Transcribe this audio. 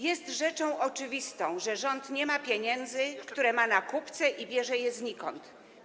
Jest rzeczą oczywistą, że rząd nie ma pieniędzy, które ma na kupce i bierze je znikąd.